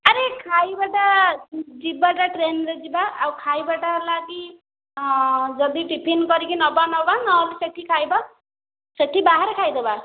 ଆରେ ଖାଇବାଟା ଯିବାଟା ଟ୍ରେନ୍ରେ ଯିବା ଆଉ ଖାଇବାଟା ହେଲା କି ହଁ ଯଦି ଟିଫିନ୍ କରିକି ନେବା ନେବା ନହେଲେ ସେଇଠି ଖାଇବା ସେଇଠି ବାହାରେ ଖାଇଦେବା